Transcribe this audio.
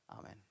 amen